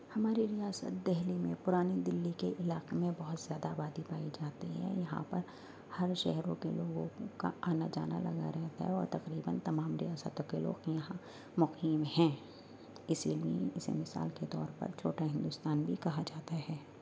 ہمارے ریاست دہلی میں پرانی دلی کے علاقے میں بہت زیادہ آبادی پائی جاتی ہے یہاں پر ہر شہروں کے لوگوں کا آنا جانا لگا رہتا ہے اور تقریباً تمام ریاستوں کے لوگ یہاں مقیم ہیں اسی لیے اسے مثال کے طور پر چھوٹا ہندوستان بھی کہا جاتا ہے